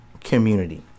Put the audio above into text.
community